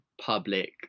public